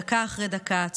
דקה אחר דקה,